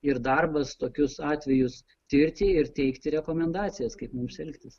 ir darbas tokius atvejus tirti ir teikti rekomendacijas kaip mums elgtis